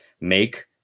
make